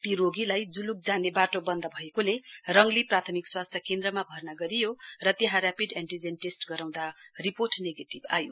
ती रोगीहरुलाई जुलुक जाने वाटो बन्द भएकोले रङली प्राथमिक स्वास्थ्य केन्द्रमा भर्ना गरियो र त्यहाँ रेपिड एनटीजन टेस्ट गराउँदा नेगेटिभ आयो